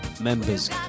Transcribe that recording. members